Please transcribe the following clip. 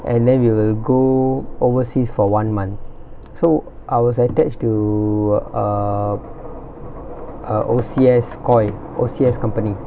and then we will go overseas for one month so I was attached to err a O_C_S coy O_S_C company